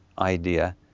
idea